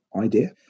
idea